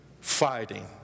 fighting